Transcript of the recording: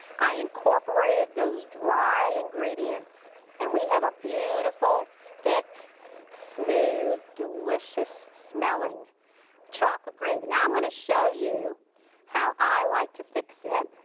i incorporated those dry ingredients and we have a beautiful thick smooth delicious smelling chocolate gravy. now i'm going to show you how i like to fix it.